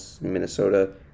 Minnesota